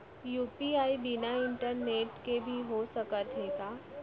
UPI बिना internet के भी हो सकत हे का?